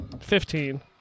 Fifteen